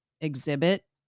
exhibit